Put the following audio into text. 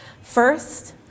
First